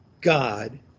god